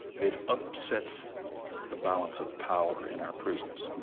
it upsets the balance of power in our prisons.